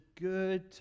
good